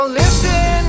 listen